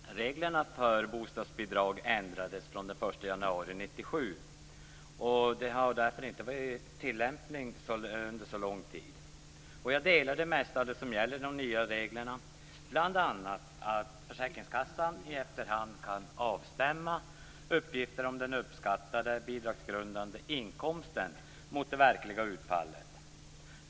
Herr talman! Reglerna för bostadsbidrag ändrades den 1 januari 1997 och har därför inte tillämpats under någon längre tid. Jag delar det mesta som gäller enligt de nya reglerna, bl.a. att försäkringskassan i efterhand kan avstämma uppgifter om den uppskattade bidragsgrundande inkomsten mot det verkliga utfallet.